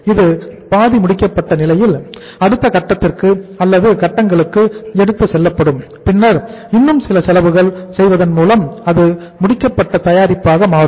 இது பாதி முடிக்கப்பட்ட நிலையில் அடுத்த கட்டத்திற்கு அல்லது கட்டங்களுக்கு எடுத்துச்செல்லப்படும் பின்னர் இன்னும் சில செலவுகளை செய்வதன் மூலம் அது முடிக்கப்பட்ட தயாரிப்பாக மாறும்